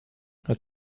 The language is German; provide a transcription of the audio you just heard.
hat